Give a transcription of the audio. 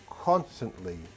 constantly